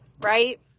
right